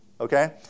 Okay